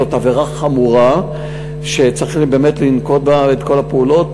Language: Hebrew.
זו עבירה חמורה שצריך לנקוט בה את כל הפעולות.